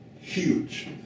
Huge